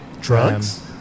Drugs